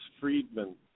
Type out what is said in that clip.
Friedman